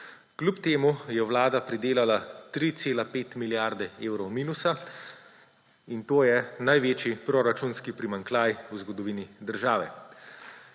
Kljub temu je vlada pridelala 3,5 milijarde evrov minusa in to je največji proračunski primanjkljaj v zgodovini države.